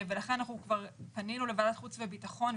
לכן כבר פנינו לוועדת החוץ והביטחון,